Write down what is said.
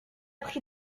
pris